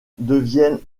deviennent